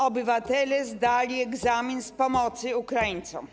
Obywatele zdali egzamin z pomocy Ukraińcom.